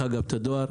הדואר.